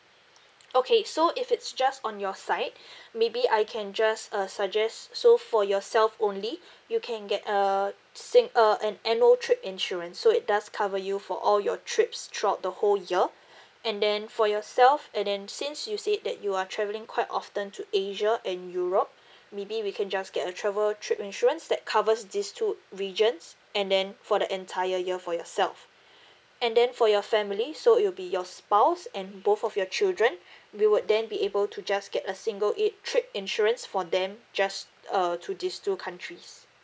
okay so if it's just on your side maybe I can just uh suggests so for yourself only you can get uh say uh an annual trip insurance so it does cover you for all your trips throughout the whole year and then for yourself and then since you said that you are travelling quite often to asia and europe maybe we can just get a travel trip insurance that covers these two regions and then for the entire year for yourself and then for your family so it will be your spouse and both of your children we would then be able to just get a single aid trip insurance for them just err to these two countries